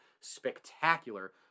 spectacular